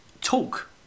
talk